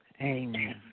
amen